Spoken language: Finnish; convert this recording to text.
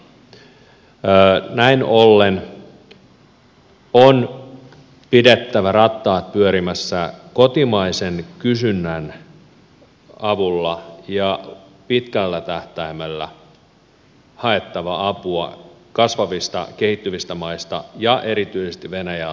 näin ollen on pidettävä rattaat pyörimässä kotimaisen kysynnän avulla ja pitkällä tähtäimellä haettava apua kasvavista kehittyvistä maista ja erityisesti venäjältä